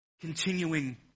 continuing